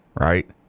right